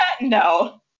No